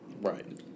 Right